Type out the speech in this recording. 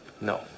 No